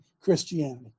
Christianity